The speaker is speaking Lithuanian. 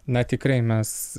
na tikrai mes